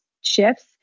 shifts